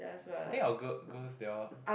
I think our gi~ girls they all